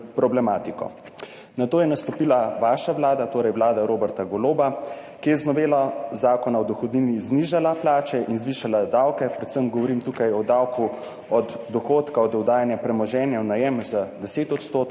Nato je nastopila vaša vlada, torej vlada Roberta Goloba, ki je z novelo Zakona o dohodnini znižala plače in zvišala davke. Predvsem govorim tukaj o davku od dohodka od oddajanja premoženja v najem za 10 %, torej